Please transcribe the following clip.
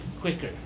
quicker